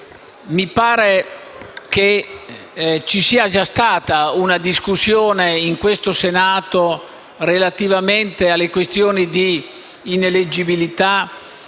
Mi pare che ci sia già stata una discussione, in questo Senato, relativamente alle questioni di ineleggibilità